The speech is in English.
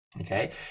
Okay